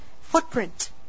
footprint